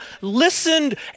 listened